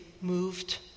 moved